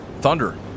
Thunder